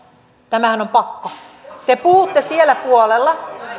tämähän on pakko te puhutte siellä puolella